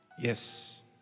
Yes